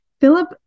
Philip